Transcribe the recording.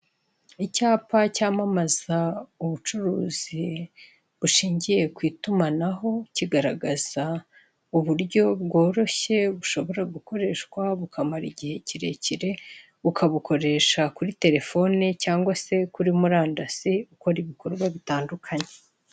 Icyapa cyamamaza ubucuruzi bushingiye ku itumanaho, kigaragaza uburyo bworoshye bushobora gukoreshwa bukamara igihe kirekire, ukabukoresha kuri terefone cyangwa se kuri murandasi ukora ibikorwa bitandukanye.